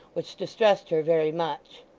which distressed her very much.